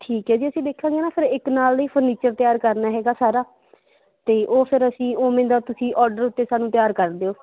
ਠੀਕ ਹੈ ਜੀ ਅਸੀਂ ਦੇਖਾਂਗੇ ਨਾ ਫਿਰ ਇੱਕ ਨਾਲ ਦੀ ਫਰਨੀਚਰ ਤਿਆਰ ਕਰਨਾ ਹੈਗਾ ਸਾਰਾ ਅਤੇ ਉਹ ਫਿਰ ਅਸੀਂ ਉਵੇਂ ਦਾ ਤੁਸੀਂ ਓਡਰ ਉੱਤੇ ਸਾਨੂੰ ਤਿਆਰ ਕਰ ਦਿਓ